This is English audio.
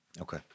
Okay